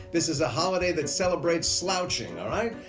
this is a holiday that celebrates slouching, alright?